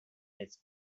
its